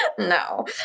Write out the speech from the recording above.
No